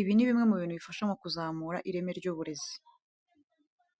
Ibi ni bimwe mu bintu bifasha mu kuzamura ireme ry'uburezi.